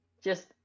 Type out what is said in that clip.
Just-